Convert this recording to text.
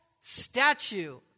statue